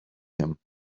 him